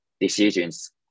decisions